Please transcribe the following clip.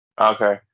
Okay